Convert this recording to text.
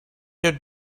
would